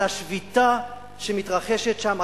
על השביתה שמתרחשת שם,